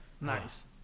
Nice